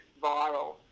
viral